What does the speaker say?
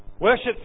Worship